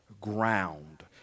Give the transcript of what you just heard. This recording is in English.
ground